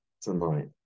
tonight